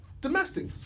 Domestic